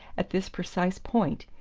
at this precise point,